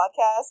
podcast